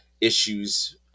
issues